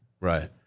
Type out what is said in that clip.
right